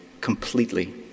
completely